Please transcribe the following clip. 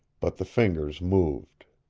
but the fingers moved.